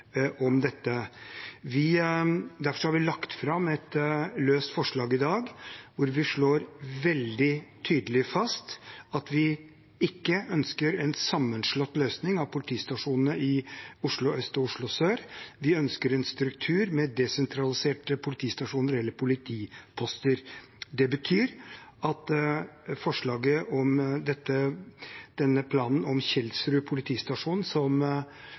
om dette. Derfor har vi lagt fram et løst forslag i dag hvor vi slår veldig tydelig fast at vi ikke ønsker en sammenslått løsning av politistasjonene i Oslo øst og Oslo sør. Vi ønsker en struktur med desentraliserte politistasjoner, eller politiposter. Det betyr at det forslaget til en plan for Kjelsrud politistasjon som